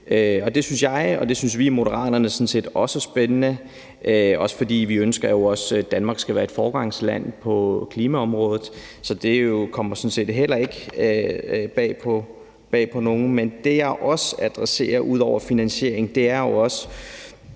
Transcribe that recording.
og det synes jeg og vi i Moderaterne sådan set også er spændende, for vi ønsker jo også, at Danmark skal være et foregangsland på klimaområdet, så det kommer sådan set heller ikke bag på nogen. Det, jeg så også adresserer, ud over finansieringen, er jo,